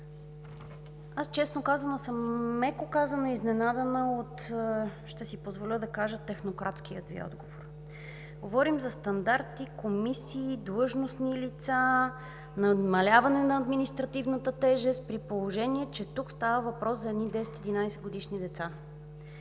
Аз, честно казано, съм, меко казано, изненадана – ще си позволя да кажа, от технократския Ви отговор. Говорим за стандарти, комисии, длъжностни лица, намаляване на административната тежест, при положение че тук става въпрос за едни 10 – 11-годишни деца.